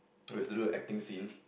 we have to do acting scene